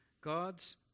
God's